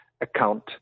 account